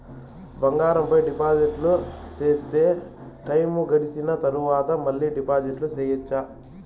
బంగారం పైన డిపాజిట్లు సేస్తే, టైము గడిసిన తరవాత, మళ్ళీ డిపాజిట్లు సెయొచ్చా?